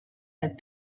have